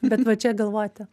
bet va čia galvojate